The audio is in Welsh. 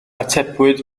atebwyd